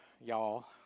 y'all